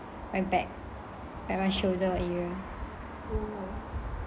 my back like my shoulder area